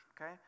okay